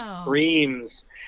screams